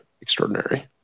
extraordinary